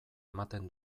ematen